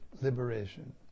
liberation